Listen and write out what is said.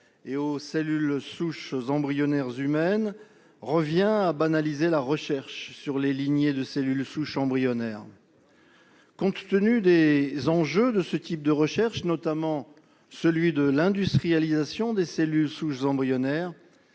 aux cellules souches embryonnaires humaines revient à banaliser la recherche sur les lignées de cellules souches embryonnaires. Compte tenu des enjeux de ce type de recherche et, notamment, de l'industrialisation des cellules souches embryonnaires,